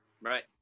Right